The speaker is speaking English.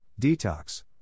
Detox